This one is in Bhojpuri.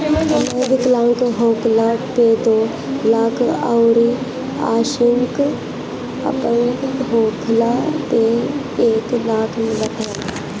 एमे विकलांग होखला पे दो लाख अउरी आंशिक अपंग होखला पे एक लाख मिलत ह